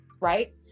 right